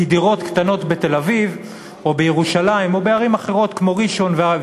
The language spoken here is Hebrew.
כי דירות קטנות בתל-אביב או בירושלים או בערים אחרות כמו ראשון-לציון,